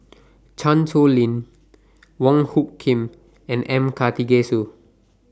Chan Sow Lin Wong Hung Khim and M Karthigesu